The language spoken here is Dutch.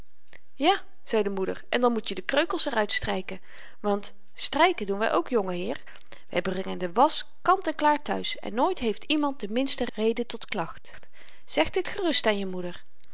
ja zei de moeder en dan moet je de kreukels er uit stryken want stryken doen wy ook jongeheer we brengen de wasch kant en klaar thuis en nooit heeft iemand de minste reden tot klacht zeg dit gerust aan je moeder